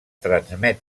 transmet